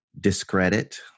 discredit